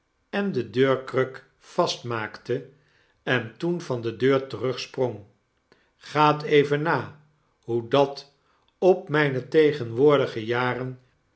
en de deurkruk vastmaakte en toen van de deur terugsprong gaat even na hoe dat op myne tegenwoordige jaren